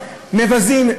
מבזים,